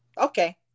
Okay